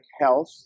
health